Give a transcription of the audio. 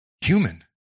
human